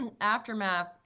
Aftermath